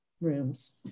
rooms